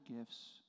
gifts